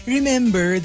Remember